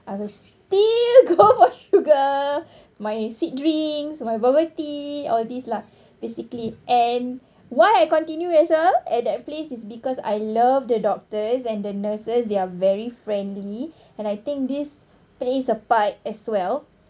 I will still go for sugar my sweet drinks my bubble tea all this lah basically and why I continue as well at that place is because I love the doctors and the nurses they are very friendly and I think this plays a part as well